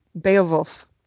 Beowulf